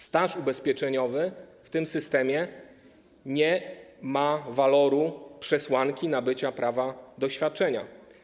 Staż ubezpieczeniowy w tym systemie nie ma waloru przesłanki nabycia prawa do świadczenia.